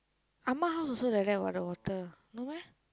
amma house also like that what the water no meh